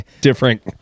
different